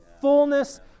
fullness